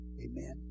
Amen